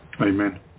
Amen